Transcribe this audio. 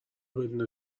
بدون